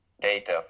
data